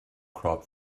crop